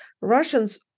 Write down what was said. Russians